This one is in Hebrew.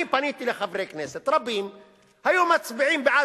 אני פניתי לחברי כנסת רבים שהיו מצביעים בעד